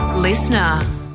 Listener